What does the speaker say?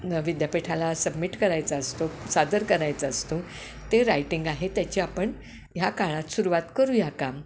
विद्यापीठाला सबमिट करायचा असतो सादर करायचा असतो ते रायटिंग आहे त्याचे आपण ह्या काळात सुरवात करूया का